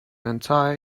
entire